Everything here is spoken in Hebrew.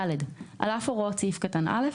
(ד)על אף הוראות סעיף קטן (א),